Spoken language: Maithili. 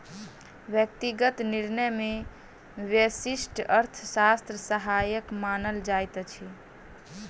व्यक्तिगत निर्णय मे व्यष्टि अर्थशास्त्र सहायक मानल जाइत अछि